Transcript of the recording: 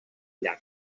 llac